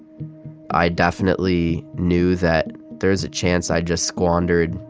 i definitely knew that there is a chance i just squandered,